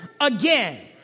again